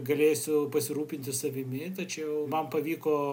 galėsiu pasirūpinti savimi tačiau man pavyko